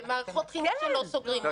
ומערכות חינוך שלא סוגרים --- כן,